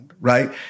Right